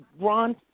Ron